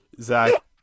Zach